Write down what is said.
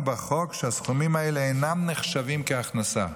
לכן קבענו בחוק שהסכומים האלה אינם נחשבים להכנסה,